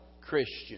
Christian